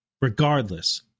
regardless